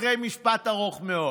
אחרי משפט ארוך מאוד.